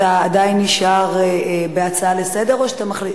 אתה עדיין נשאר בהצעה לסדר-היום?